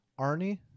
arnie